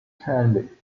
candy